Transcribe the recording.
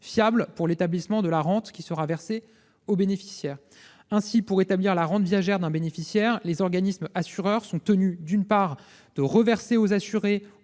fiables pour l'établissement de la rente qui sera versée au bénéficiaire. Ainsi, pour établir la rente viagère d'un bénéficiaire, les organismes assureurs sont tenus, d'une part, de reverser aux assurés